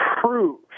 prove